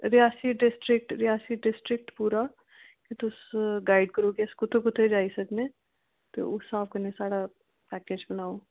Reasi district Reasi district पूरा तुस guide करो के अस कुत्थें कुत्थें जाई सकनें ते उस स्हाब कन्नै साढ़ा पैकेज बनाओ